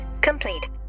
complete